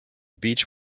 beach